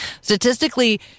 Statistically